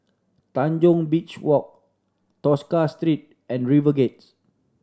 Tanjong Beach Walk Tosca Street and RiverGate